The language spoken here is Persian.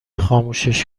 خاموشش